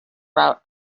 route